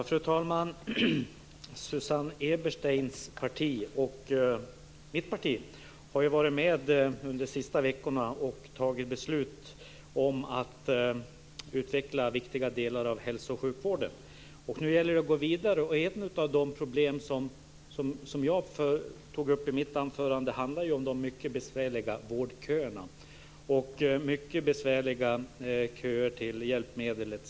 Fru talman! Susanne Ebersteins parti och mitt parti har ju varit med under de senaste veckorna och fattat beslut om att utveckla viktiga delar av hälsooch sjukvården. Nu gäller det att gå vidare. Och ett av de problem som jag tog upp i mitt anförande handlar ju om de mycket besvärliga vårdköerna och de mycket besvärliga köerna till hjälpmedel, etc.